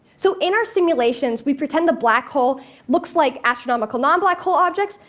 so in our simulations, we pretend a black hole looks like astronomical non-black hole objects,